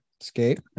Escape